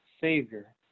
Savior